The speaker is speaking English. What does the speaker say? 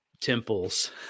temples